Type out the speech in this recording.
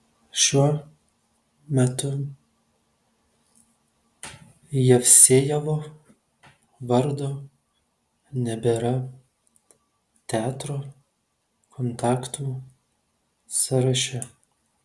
šiuo metu jevsejevo vardo nebėra teatro kontaktų sąraše